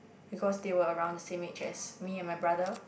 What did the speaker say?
because they were around the same age as me and my brother